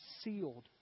sealed